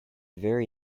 very